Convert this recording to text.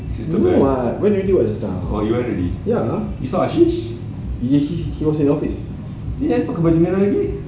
went already [what] just now ya he was in office